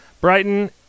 Brighton